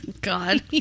God